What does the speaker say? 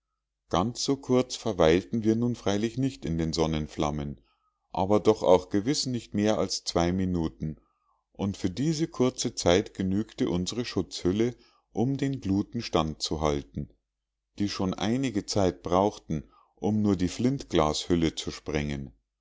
ganz so kurz verweilten wir nun freilich nicht in den sonnenflammen aber doch auch gewiß nicht mehr als zwei minuten und für diese kurze zeit genügte unsre schutzhülle um den gluten stand zu halten die schon einige zeit brauchten um nur die flintglashülle zu sprengen